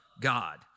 God